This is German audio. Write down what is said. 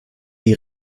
die